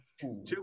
Two